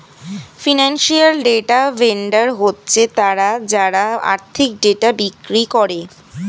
financial data vendor হচ্ছে তারা যারা আর্থিক ডেটা বিক্রি করে